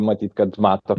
matyt kad mato